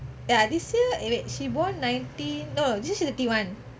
ya this year eh wait she born ninety no this year she thirty one